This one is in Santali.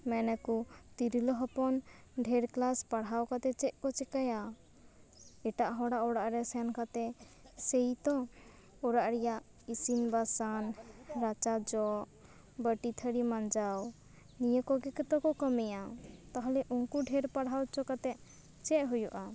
ᱢᱮᱱᱟᱠᱚ ᱛᱚᱨᱞᱟᱹ ᱦᱚᱯᱚᱱ ᱰᱷᱮᱨ ᱠᱞᱟᱥ ᱯᱟᱲᱦᱟᱣ ᱠᱟᱛᱮᱜ ᱪᱮᱫ ᱠᱚ ᱪᱤᱠᱟᱹᱭᱟ ᱮᱴᱟᱜ ᱦᱚᱲᱟᱜ ᱚᱲᱟᱜ ᱨᱮ ᱥᱮᱱ ᱠᱟᱛᱮᱜ ᱥᱮᱭ ᱛᱚ ᱚᱲᱟᱜ ᱨᱮᱭᱟᱜ ᱤᱥᱤᱱ ᱵᱟᱥᱟᱱ ᱨᱟᱪᱟ ᱡᱚᱜ ᱵᱟᱹᱴᱤ ᱛᱷᱟᱹᱨᱤ ᱢᱟᱡᱟᱣ ᱱᱤᱭᱟᱹ ᱠᱚᱜᱮ ᱛᱚᱠᱚ ᱠᱟᱹᱢᱤᱭᱟ ᱛᱟᱦᱚᱞᱮ ᱩᱱᱠᱩ ᱰᱷᱮᱨ ᱯᱟᱲᱦᱟᱣ ᱚᱪᱚ ᱠᱟᱛᱮᱫ ᱪᱮᱫ ᱦᱩᱭᱩᱜᱼᱟ